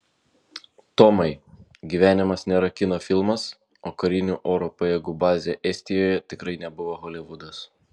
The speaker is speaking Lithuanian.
tomai gyvenimas nėra kino filmas o karinių oro pajėgų bazė estijoje tikrai nebuvo holivudas